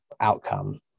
outcome